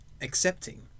accepting